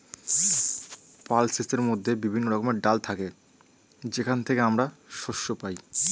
পালসেসের মধ্যে বিভিন্ন রকমের ডাল থাকে যেখান থেকে আমরা শস্য পাই